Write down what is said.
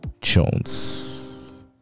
jones